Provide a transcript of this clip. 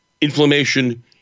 inflammation